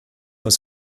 uns